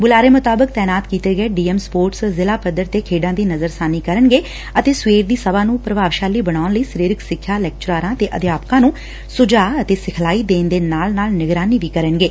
ਬੁਲਾਰੇ ਅਨੁਸਾਰ ਤਾਇਨਾਤ ਕੀਤੇ ਗਏ ਡੀਐਮ ਸਪੋਰਟਸ ਜ਼ਿਲਾ ਪੱਧਰ ਤੇ ਖੇਡਾਂ ਦੀ ਨਜ਼ਰਸਾਨੀ ਕਰਨਗੇ ਅਤੇ ਸਵੇਰ ਦੀ ਸਭਾ ਨੂੰ ਪੁਭਾਵਸ਼ਾਲੀ ਬਨਾਉਣ ਲਈ ਸਰੀਰਕ ਸਿੱਖਿਆ ਲੈਕਚਰਾਰਾ ਅਧਿਆਪਕਾ ਨੂੰ ਸੁਝਾਅ ਅਤੇ ਸਿਖਲਾਈ ਦੇਣ ਦੇ ਨਾਲ ਨਾਲ ਨਿਗਰਾਨੀ ਵੀ ਕਰਨਗੇ